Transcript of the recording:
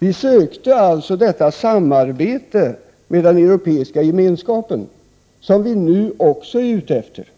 Sverige sökte detta samarbete med den Europeiska gemenskapen, som vi även nu är ute efter